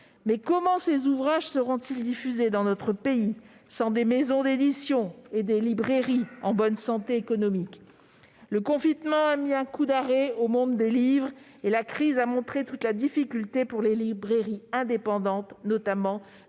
comment ces ouvrages seront-ils diffusés dans notre pays sans des maisons d'édition et des librairies en bonne santé économique ? Le confinement a mis un coup d'arrêt au monde des livres, et la crise a montré toute la difficulté, notamment pour les librairies indépendantes, de faire face